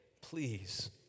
Please